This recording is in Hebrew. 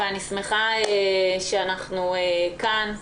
אני שמחה שאנחנו כאן.